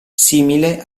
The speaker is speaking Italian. simile